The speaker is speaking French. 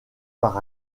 par